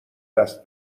دست